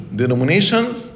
denominations